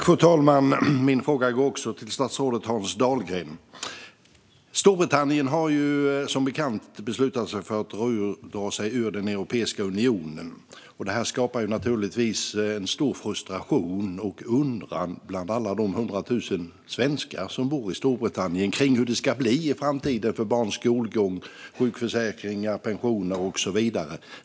Fru talman! Min fråga går också till statsrådet Hans Dahlgren. Storbritannien har som bekant beslutat sig för att dra sig ur Europeiska unionen. Det skapar stor frustration och undran bland alla de hundra tusen svenskar som bor i Storbritannien över hur det ska bli i framtiden, med barns skolgång, sjukförsäkringar, pensioner och så vidare.